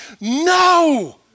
No